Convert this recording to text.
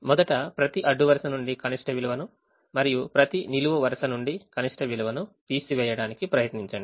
మొదట ప్రతి అడ్డు వరుస నుండి కనిష్ట విలువను మరియు ప్రతి నిలువు వరుస నుండి కనిష్ట విలువను తీసివేయడానికి ప్రయత్నించండి